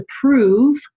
prove